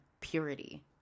purity